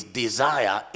desire